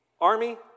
Army